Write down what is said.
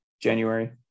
January